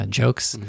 jokes